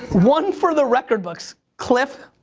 one for the record books. cliff?